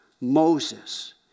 Moses